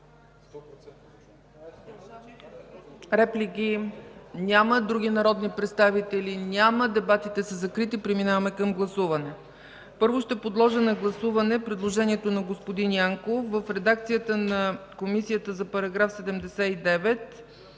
Реплики? Няма. Други народни представители? Няма. Дебатите са закрити. Преминаваме към гласуване. Първо ще подложа на гласуване предложението на господин Янков в редакцията на Комисията за § 79,